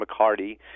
McCarty